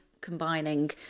combining